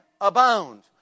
abound